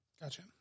Gotcha